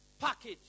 package